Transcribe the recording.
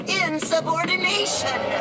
insubordination